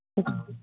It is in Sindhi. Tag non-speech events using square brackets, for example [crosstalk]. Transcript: [unintelligible]